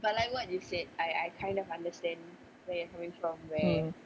mm